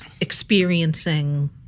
experiencing